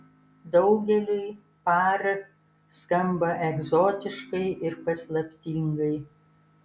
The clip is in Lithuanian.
daugeliui par skamba egzotiškai ir paslaptingai